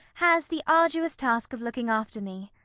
has the arduous task of looking after me.